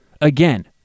Again